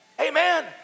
amen